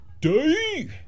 day